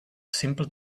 simple